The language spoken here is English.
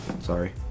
sorry